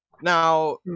Now